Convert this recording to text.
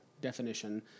definition